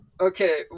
okay